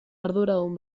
arduradun